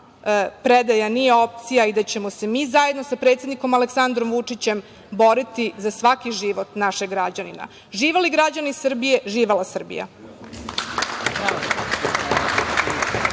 predaja nije opcija i da ćemo se mi zajedno sa predsednikom Aleksandrom Vučićem boriti za svaki život našeg građanina. Živeli građani Srbije, živela Srbija!